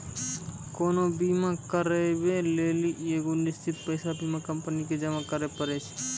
कोनो बीमा कराबै लेली एगो निश्चित पैसा बीमा कंपनी के जमा करै पड़ै छै